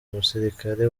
umusirikare